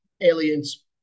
aliens